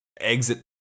exit